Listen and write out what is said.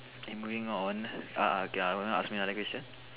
moving on err okay ah you wanna ask me another question